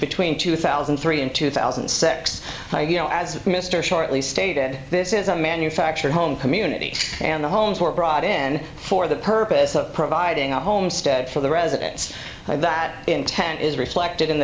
between two thousand and three and two thousand and six you know as mr shortly stated this is a manufactured home community and the homes were brought in for the purpose of providing a homestead for the residents that intent is reflected in the